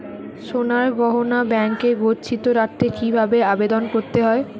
সোনার গহনা ব্যাংকে গচ্ছিত রাখতে কি ভাবে আবেদন করতে হয়?